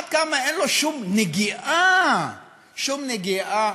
עד כמה אין לו שום נגיעה, שום נגיעה,